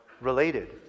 related